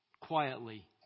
quietly